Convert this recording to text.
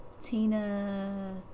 Tina